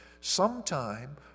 sometime